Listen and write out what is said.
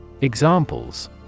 Examples